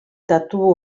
datu